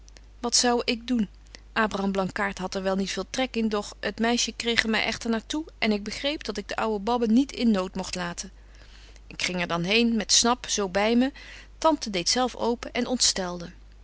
wat zou ik doen abraham blankaart hadt er wel niet veel trek in doch het meisje kreeg er my echter naar toe en ik begreep dat ik de ouwe babbe niet in nood mogt laten ik ging er dan heen met snap zo by me tante deedt zelf open en ontstelde